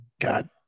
God